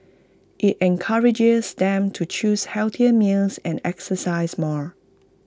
IT encourages them to choose healthier meals and exercise more